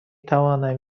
توانم